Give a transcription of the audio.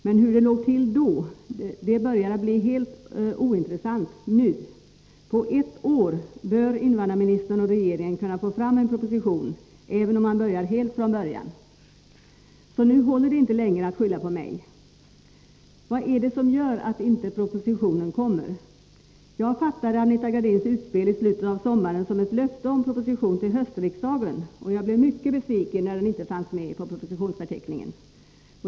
Men hur det låg till då börjar bli helt ointressant nu. På ett år bör invandrarministern och regeringen kunna få fram en proposition, även om de börjar helt från början. Så nu håller det inte längre att skylla på mig. Vad är det som gör att propositionen inte kommer? Jag fattade Anita Gradins utspel i slutet av sommaren som ett löfte om proposition till Nr 11 höstriksdagen, och jag blev mycket besviken när den propositionen inte CE : 2 : Torsdagen den fanns med på propositionsförteckningen.